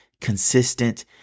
consistent